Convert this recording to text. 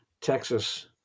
Texas